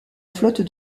flotte